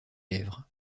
lèvres